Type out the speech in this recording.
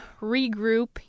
regroup